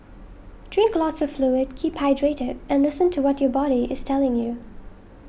drink lots of fluid keep hydrated and listen to what your body is telling you